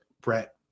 brett